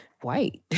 white